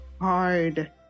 hard